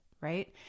right